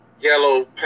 Yellow